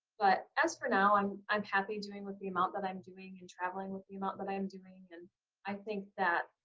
but as for now, i'm i'm happy doing with the amount that i'm doing, and traveling with the amount that i'm doing, and i think that,